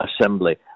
assembly